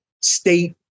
state